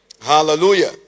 Hallelujah